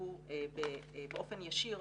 עסקו באופן ישיר